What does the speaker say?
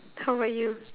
how about you